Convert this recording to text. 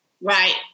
Right